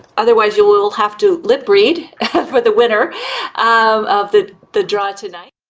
otherwise, you will have to lip read for the winner of the the draw tonight.